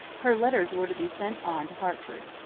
her letters were to be sent on to hertford.